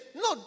no